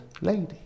lady